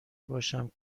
باشم